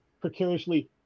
precariously